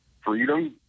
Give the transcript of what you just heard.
freedom